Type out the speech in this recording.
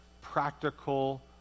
practical